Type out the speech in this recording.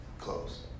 close